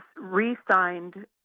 re-signed